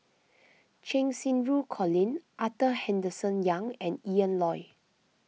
Cheng Xinru Colin Arthur Henderson Young and Ian Loy